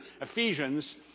Ephesians